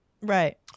Right